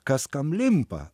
kas kam limpa